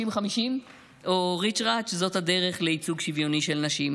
50:50 או ריצ'רץ' זאת הדרך לייצוג שוויוני של נשים.